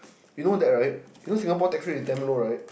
you know that right you know Singapore tax rate is damn low right